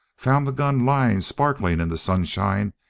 found the gun lying sparkling in the sunshine,